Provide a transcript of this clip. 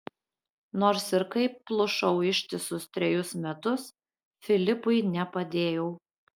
nors ir kaip plušau ištisus trejus metus filipui nepadėjau